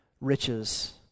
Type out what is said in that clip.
riches